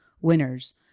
winners